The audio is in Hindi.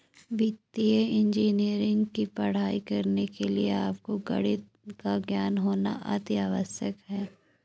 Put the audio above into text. वित्तीय इंजीनियरिंग की पढ़ाई करने के लिए आपको गणित का ज्ञान होना अति आवश्यक है